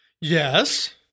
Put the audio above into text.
Yes